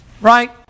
Right